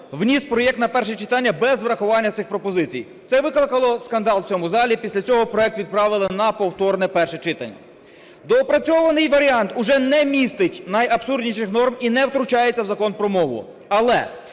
вніс проект на перше читання без врахування цих пропозицій. Це викликало скандал у цьому залі. Після цього проект відправили на повторне перше читання. Доопрацьований варіант уже не містить найабсурдніших норм і не втручається в Закон про мову. Але